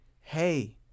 hey